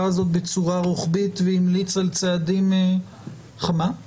הזאת בצורה רוחבית והמליץ על צעדים --- לא,